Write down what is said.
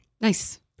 Nice